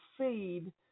feed